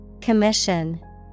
Commission